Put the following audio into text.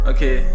Okay